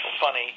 funny